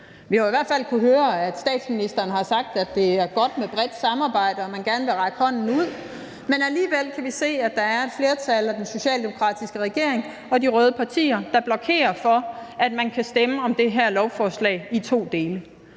Vi har jo i hvert fald kunnet høre, at statsministeren har sagt, at det er godt med bredt samarbejde, og at man gerne vil række hånden ud, men alligevel kan vi se, at der er et flertal af den socialdemokratiske regering og de røde partier, der blokerer for, at man kan stemme om det her lovforslag i to dele